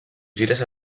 gires